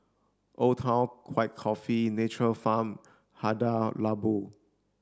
Old Town White Coffee Nature Farm Hada Labo